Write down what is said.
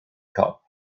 cop